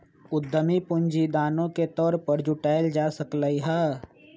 उधमी पूंजी दानो के तौर पर जुटाएल जा सकलई ह